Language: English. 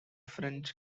french